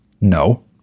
No